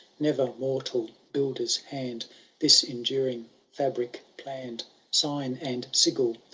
never mortal builder s hand this enduring febric plann'd sign and sigil,